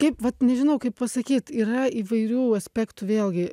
kaip vat nežinau kaip pasakyt yra įvairių aspektų vėlgi